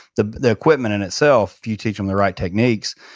the the equipment in itself, you teach them the right techniques,